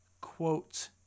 quote